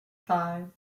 five